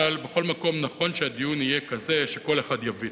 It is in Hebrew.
אבל בכל מקום נכון שהדיון יהיה כזה שכל אחד יבין,